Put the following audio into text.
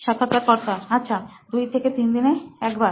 সাক্ষাৎকারকর্তা আচ্ছা দুই থেকে তিন দিনে একবার